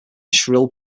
shrill